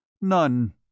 None